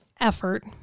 effort